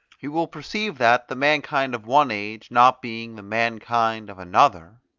he will perceive that, the mankind of one age not being the mankind of another,